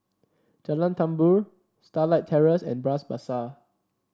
Jalan Tambur Starlight Terrace and Bras Basah